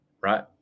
right